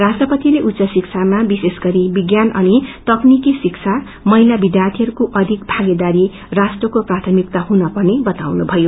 राष्ट्रपतिले उच्च शिक्षामा विशेष गरी विज्ञान अनि तकनिकी शिक्ष महिला विध्यार्थीहरूको अधिक भागीदारी राष्ट्रको प्राथमिकता हुन पर्ने बताउनु भयो